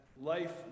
life